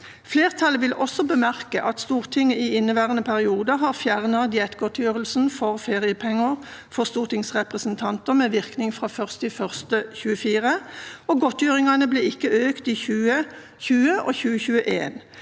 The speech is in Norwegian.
Flertallet vil også bemerke at Stortinget i inneværende periode har fjernet diettgodtgjørelsen og feriepengene for stortingsrepresentanter med virkning fra 1. januar 2024, og godtgjørelsene ble ikke økt i 2020 og 2021.